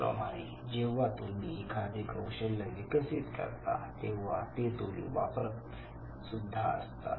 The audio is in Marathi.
त्याचप्रमाणे जेव्हा तुम्ही एखादे कौशल्य विकसित करता तेव्हा ते तुम्ही वापरत सुद्धा असता